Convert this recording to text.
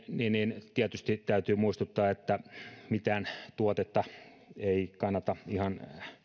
niin niin tietysti täytyy muistuttaa että mitään tuotetta ei kannata ihan